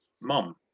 mom